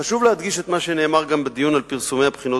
חשוב להדגיש את מה שנאמר גם בדיון על פרסומי הבחינות